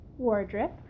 Wardrip